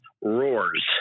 Roars